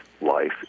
life